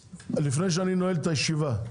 לפני שאני נועל את הישיבה,